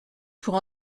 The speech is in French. pour